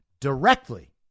directly